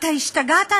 אתה השתגעת?